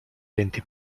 venti